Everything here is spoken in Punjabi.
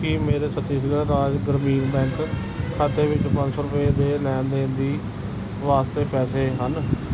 ਕੀ ਮੇਰੇ ਛੱਤੀਸਗੜ੍ਹ ਰਾਜ ਗ੍ਰਾਮੀਣ ਬੈਂਕ ਖਾਤੇ ਵਿੱਚ ਪੰਜ ਸੌ ਰੁਪਏ ਦੇ ਲੈਣ ਦੇਣ ਦੀ ਵਾਸਤੇ ਪੈਸੇ ਹਨ